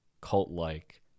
cult-like